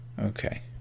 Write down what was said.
Okay